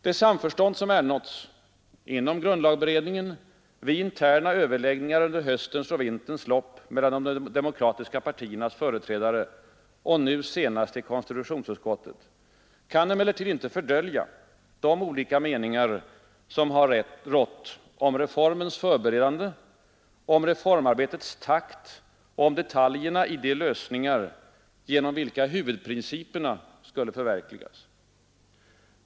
Det samförstånd som ernåtts — inom grundlagberedningen vid interna överläggningar under höstens och vinterns lopp mellan de demokratiska partiernas företrädare och nu senast i konstitutionsutskottet — kan emellertid icke fördölja de olika meningar som rått om reformens förberedande, om reformarbetets takt och om detaljerna i de lösningar genom vilka huvudprinciperna skulle förverkligas.